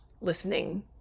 listening